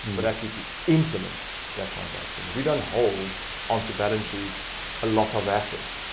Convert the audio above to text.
but actually to implement that transaction. we don't hold onto balance sheets a lot of assets.